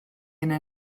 yna